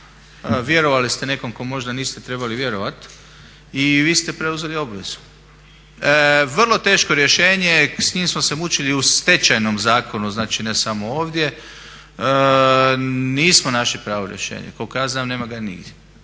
vjerovali ste nekom kom možda niste trebali vjerovat i vi ste preuzeli obvezu. Vrlo teško rješenje, s njim se mučili u Stečajnom zakonu, znači ne samo ovdje. Nismo našli pravo rješenje, koliko ja znam nema ga nigdje.